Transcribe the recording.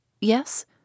Yes